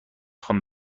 خوام